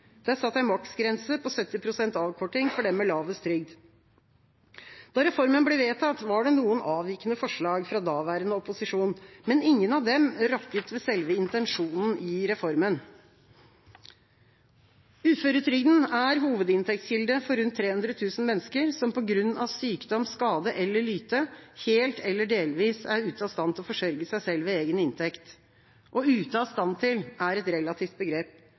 Det er satt en maksgrense på 70 pst. avkorting for dem med lavest trygd. Da reformen ble vedtatt, var det noen avvikende forslag fra daværende opposisjon, men ingen av dem rokket ved selve intensjonen i reformen. Uføretrygden er hovedinntektskilde for rundt 300 000 mennesker, som på grunn av sykdom, skade eller lyte helt eller delvis er ute av stand til å forsørge seg selv ved egen inntekt. «Ute av stand til» er et relativt begrep.